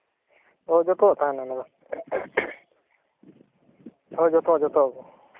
ᱦᱮᱸ ᱡᱩᱛᱚᱣᱟᱜ ᱛᱟᱦᱮᱱᱟ ᱚᱱᱟᱫᱚ ᱦᱮᱸ ᱡᱚᱛᱚ ᱡᱚᱛᱚ